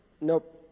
nope